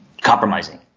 compromising